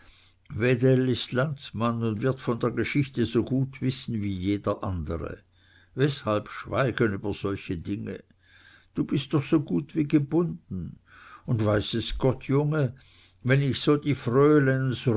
landsmann und wird von der geschichte so gut wissen wie jeder andere weshalb schweigen über solche dinge du bist doch so gut wie gebunden und weiß es gott junge wenn ich so die frölens